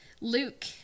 Luke